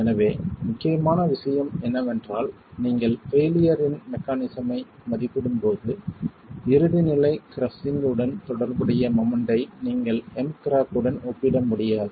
எனவே முக்கியமான விஷயம் என்னவென்றால் நீங்கள் பெயிலியர் இன் மெக்கானிஸம் ஐ மதிப்பிடும்போது இறுதி நிலை கிரஸ்ஸிங் உடன் தொடர்புடைய மொமெண்ட் ஐ நீங்கள் M கிராக் உடன் ஒப்பிட முடியாது